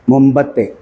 മുമ്പത്തെ